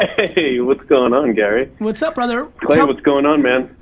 ah hey, what's going on, gary? what's up brother? clay, ah what's going on man?